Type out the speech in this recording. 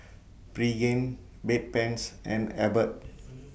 Pregain Bedpans and Abbott